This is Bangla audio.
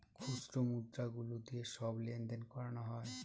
খুচরো মুদ্রা গুলো দিয়ে সব লেনদেন করানো হয়